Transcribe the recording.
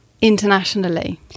internationally